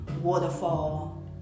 waterfall